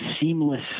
seamless –